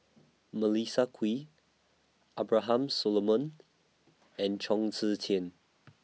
Melissa Kwee Abraham Solomon and Chong Tze Chien